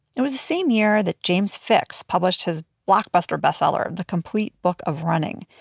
it was the same year that james fix published his blockbuster bestseller, the complete book of running,